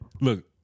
Look